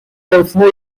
arasında